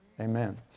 Amen